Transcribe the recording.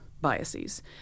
biases